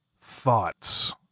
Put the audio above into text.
Thoughts